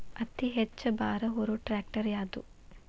ಅತಿ ಹೆಚ್ಚ ಭಾರ ಹೊರು ಟ್ರ್ಯಾಕ್ಟರ್ ಯಾದು?